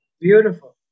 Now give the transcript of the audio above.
Beautiful